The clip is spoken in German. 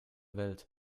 welt